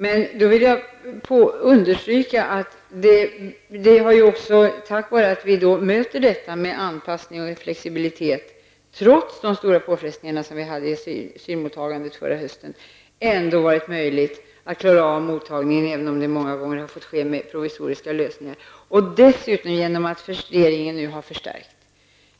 Men jag vill understryka att det är också tack vare att vi möter detta med anpassning och flexibilitet -- trots de stora påfrestningarna som vi hade i asylmottagandet förra hösten -- som det ändå har varit möjligt att klara av mottagningen, även om det många gånger har fått ske med provisoriska lösningar. Dessutom har ju regeringen nu förstärkt